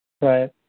Right